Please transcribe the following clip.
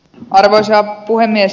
arvoisa puhemies